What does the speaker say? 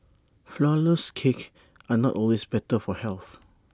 Flourless Cakes are not always better for health